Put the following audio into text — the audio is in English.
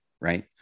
right